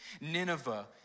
Nineveh